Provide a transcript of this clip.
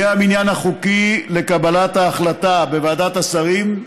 יהיה המניין החוקי לקבלת ההחלטה בוועדת השרים,